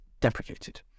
deprecated